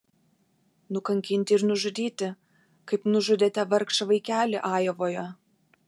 nukankinti ir nužudyti kaip nužudėte vargšą vaikelį ajovoje